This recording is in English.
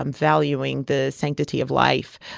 um valuing the sanctity of life.